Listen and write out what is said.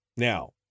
Now